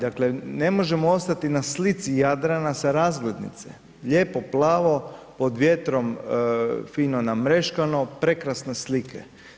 Dakle, ne možemo ostati na slici Jadrana sa razglednice, lijepo plavo, pod vjetrom fino namreškan, prekrasne slike.